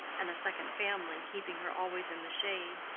and a second family, keeping her always in the shade.